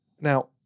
now